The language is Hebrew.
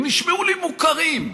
הם נשמעו לי מוכרים.